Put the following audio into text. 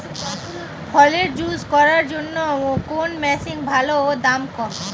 ফলের জুস করার জন্য কোন মেশিন ভালো ও দাম কম?